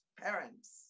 parents